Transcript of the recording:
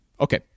Okay